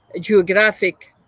geographic